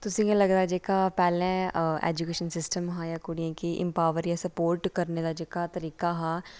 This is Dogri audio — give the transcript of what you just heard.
तुसें ई इ'यां लगदा जेह्का पैह्लें ऐजुकेशन सिस्टम हा जां कुड़ियें गी इमपावर जां स्पोर्ट करने दा जेह्का तरीका हा